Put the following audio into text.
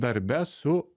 darbe su